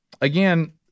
Again